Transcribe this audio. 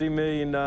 million